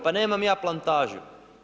Pa nemam ja plantažu.